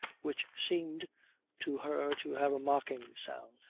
which seemed to her to have a mocking sound.